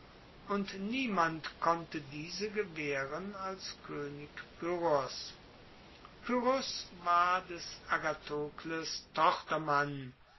und niemand konnte diese gewaehren als koenig pyrrhos pyrrhos war des agathokles